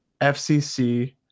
FCC